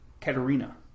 Katerina